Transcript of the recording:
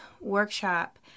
workshop